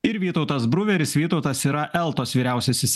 ir vytautas bruveris vytautas yra eltos vyriausiasis